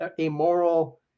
amoral